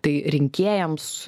tai rinkėjams